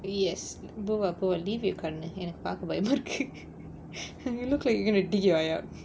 yes buwa buwa leave your கண்ணு எனக்கு பாக்க பயமா இருக்கு:kannu enakku pakka bayamaa irukku you look like you gonna D_I_R